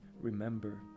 remember